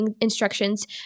instructions